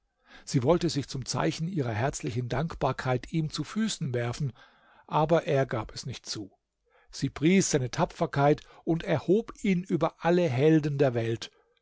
sie wollte sich zum zeichen ihrer herzlichen dankbarkeit ihm zu füßen werfen aber er gab es nicht zu sie pries seine tapferkeit und erhob ihn über alle helden der welt